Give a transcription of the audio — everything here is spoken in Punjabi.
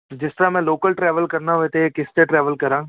ਜਿਸ ਤਰ੍ਹਾਂ ਮੈਂ ਲੋਕਲ ਟਰੈਵਲ ਕਰਨਾ ਹੋਏ ਤਾਂ ਕਿਸ 'ਤੇ ਟਰੈਵਲ ਕਰਾਂ